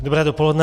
Dobré dopoledne.